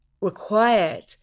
required